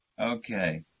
Okay